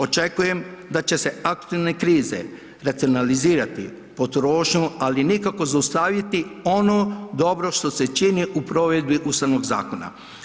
Očekujem da će se aktualne krize racionalizirati potrošnju, ali nikako zaustaviti ono dobro što se čini u provedbi Ustavnog zakona.